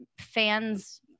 fans